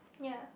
ya